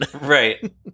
right